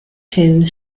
tin